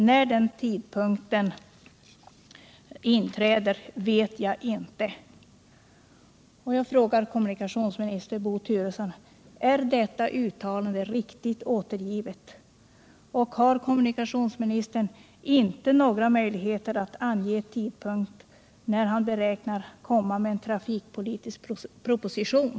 När den tidpunkten inträder vet jag inte.” Jag frågar kommunikationsminister Bo Turesson: Är detta uttalande riktigt återgivet, och har kommunikationsministern inte några möjligheter att ange tidpunkten när han beräknar komma med en trafikpolitisk proposition?